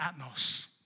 atmos